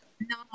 No